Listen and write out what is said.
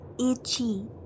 Itchy